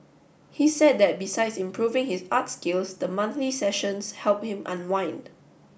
he said that besides improving his art skills the monthly sessions help him unwind